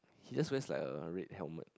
he just wears like a red helmet